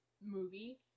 movie